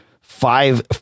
five